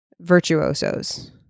virtuosos